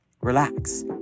relax